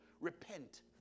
Repent